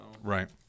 Right